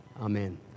Amen